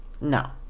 No